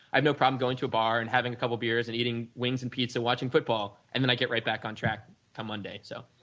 i have no problem going to a bar and having a couple beers and eating wings and pizza watching football and then i get ride back on track from monday so